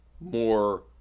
more